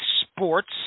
sports